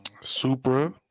Supra